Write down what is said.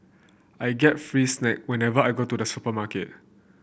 I get free snack whenever I go to the supermarket